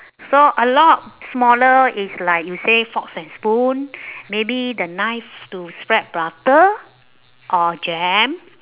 so a lot smaller is like you say forks and spoon maybe the knife to spread butter or jam